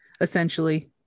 essentially